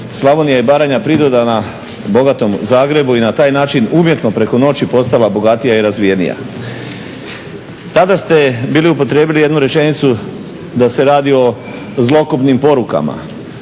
Slavonija i Baranja pridodana bogatom Zagrebu i na taj način umjetno preko noći postala bogatija i razvijenija. Tada ste bili upotrijebili jednu rečenicu da se radi o zlokobnim porukama.